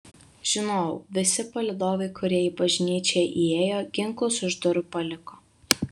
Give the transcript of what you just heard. žinojau visi palydovai kurie į bažnyčią įėjo ginklus už durų paliko